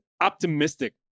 optimistic